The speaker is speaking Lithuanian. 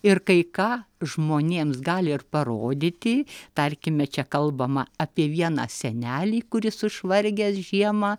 ir kai ką žmonėms gali ir parodyti tarkime čia kalbama apie vieną senelį kuris išvargęs žiemą